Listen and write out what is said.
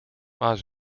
maar